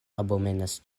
abomenas